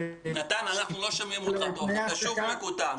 אתה שוב מקוטע.